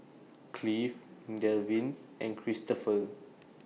Cleve Delvin and Cristopher